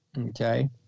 okay